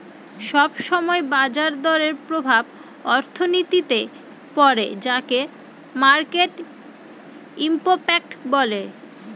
সব সময় বাজার দরের প্রভাব অর্থনীতিতে পড়ে যাকে মার্কেট ইমপ্যাক্ট বলে